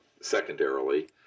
secondarily